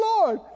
Lord